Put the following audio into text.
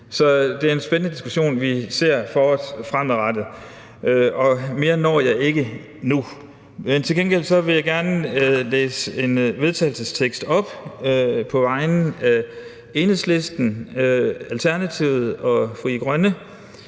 så det er en spændende diskussion, vi ser for os fremadrettet. Mere når jeg ikke at sige nu. Til gengæld vil jeg gerne læse en vedtagelsestekst op på vegne af Enhedslisten, Alternativet og Frie Grønne,